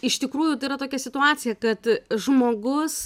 iš tikrųjų tai yra tokia situacija kad žmogus